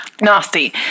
Nasty